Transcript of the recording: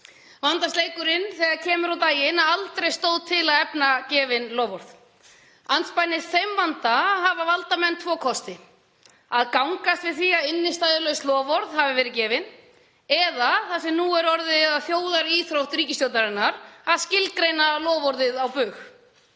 Vandast leikurinn þegar kemur á daginn að aldrei stóð til að efna gefin loforð. Andspænis þeim vanda hafa valdamenn tvo kosti; að gangast við því að innstæðulaus loforð hafi verið gefin, eða það sem nú er orðið að þjóðaríþrótt ríkisstjórnarinnar, að skilgreina loforðið á braut.